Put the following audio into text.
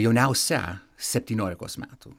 jauniausia septyniolikos metų